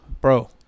bro